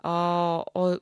o o